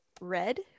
Red